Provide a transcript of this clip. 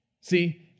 See